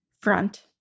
front